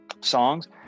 songs